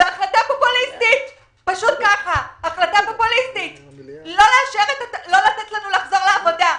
יצאו בהחלטה פופוליסטית לא לתת לנו לחזור לעבודה.